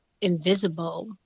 invisible